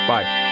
Bye